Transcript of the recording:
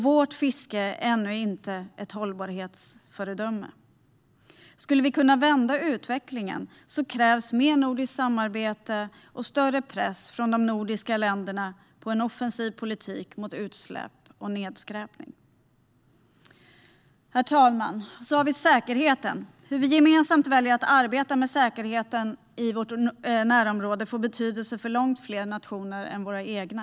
Vårt fiske är ännu inte ett hållbarhetsföredöme. Ska vi kunna vända utvecklingen krävs mer nordiskt samarbete och större press från de nordiska länderna för en offensiv politik mot utsläpp och nedskräpning. Herr talman! Sedan har vi säkerheten. Hur vi gemensamt väljer att arbeta med den i vårt närområde får betydelse för långt fler nationer än våra egna.